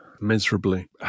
miserably